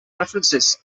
references